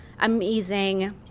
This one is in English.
amazing